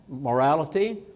morality